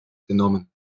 genommen